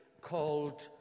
called